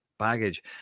baggage